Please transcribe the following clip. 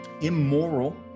immoral